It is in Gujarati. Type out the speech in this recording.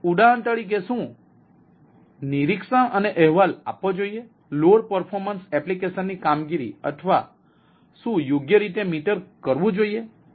તેથી ઉદાહરણ તરીકે શું નિરીક્ષણ અને અહેવાલ આપવો જોઈએ લોડ પર્ફોમન્સ એપ્લિકેશન કામગીરી અથવા શું યોગ્ય રીતે મીટર કરવું જોઈએ